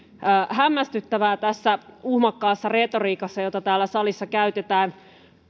hämmästyttävää tässä uhmakkaassa retoriikassa jota täällä salissa käytetään